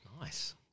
Nice